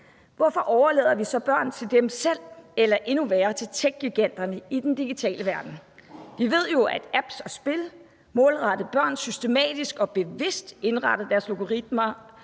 Hvorfor overlader vi så børn til sig selv eller endnu værre til techgiganterne i den digitale verden? Vi ved jo, at man i apps og spil målrettet børn systematisk og bevidst udstyrer algoritmerne